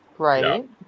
Right